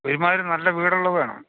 ഒരുമാതിരി നല്ല വീടുള്ളത് വേണം